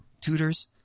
tutors